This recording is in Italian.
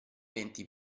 venti